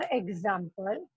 example